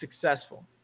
successful